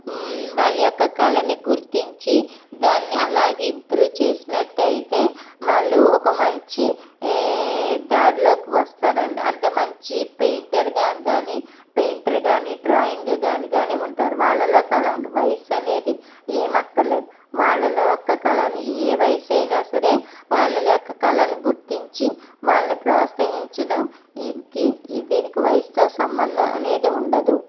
వాళ్ళ యొక్క కళని గుర్తించి దాన్ని అలాగ ఇంప్రూవ్ చేసినట్టు అయితే వాళ్ళు ఒక మంచి దారిలోకి వస్తారండి అంటే మంచి పెయింటర్గా కానీ పెయింటర్ కానీ డ్రాయింగ్ కానీ ఉంటారు వాళ్ళలో కళ ఉంది వయసు అనేది ఏమి అక్కర్లేదు వాళ్ళ యొక్క కళను ఏ వయసు అయినా సరే వాళ్ళ యొక్క కళను గుర్తించి వాళ్ళని ప్రోత్సహించడం ఇ దీనికి దీనికి వయసుతో సంబంధం అనేది ఉండదు